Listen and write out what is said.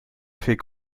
fait